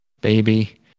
baby